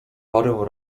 parę